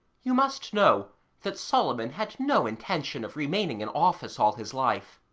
you must know that solomon had no intention of remaining in office all his life.